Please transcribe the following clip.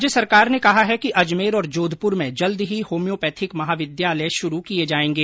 राज्य सरकार ने कहा है कि अजमेर और जोधपुर में जल्द ही होम्योपैथिक महाविद्यालय शुरू किए जाएंगे